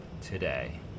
today